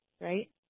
right